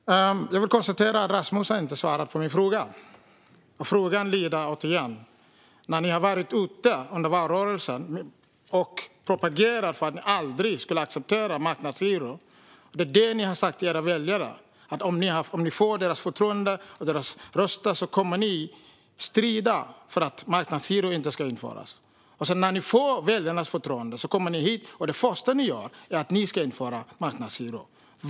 Fru talman! Jag konstaterar att Rasmus Ling inte svarade på min fråga. Jag upprepar: Under valrörelsen var ni ute och propagerade för att ni aldrig skulle acceptera marknadshyror. Det är det ni har sagt till era väljare: Om vi får ert förtroende och era röster så kommer vi att strida för att marknadshyror inte ska införas. Men när ni får väljarnas förtroende kommer ni hit och ska införa marknadshyror det första ni gör.